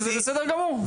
זה בסדר גמור.